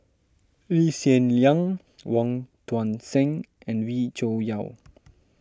Lee Hsien Yang Wong Tuang Seng and Wee Cho Yaw